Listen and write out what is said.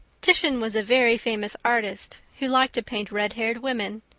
titian was a very famous artist who liked to paint red-haired women.